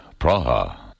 Praha